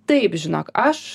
taip žinok aš